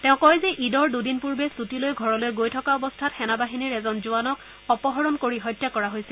তেওঁ কয় যে ঈদৰ দুদিন পূৰ্বে ছুটী লৈ ঘৰলৈ গৈ থকা অৱস্থাত সেনা বাহিনীৰ এজন জোৱানক অপহৰণ কৰি হত্যা কৰা হৈছিল